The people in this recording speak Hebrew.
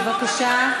בבקשה,